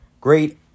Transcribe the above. great